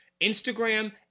Instagram